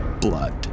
blood